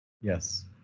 Yes